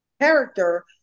character